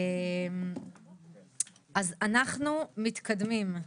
אז אנחנו מתקדמים.